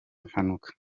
impanuka